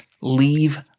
leave